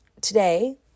today